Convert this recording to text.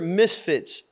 misfits